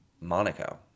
Monaco